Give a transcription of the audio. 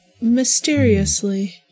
Mysteriously